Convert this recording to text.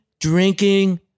drinking